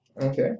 Okay